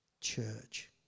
church